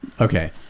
Okay